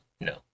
no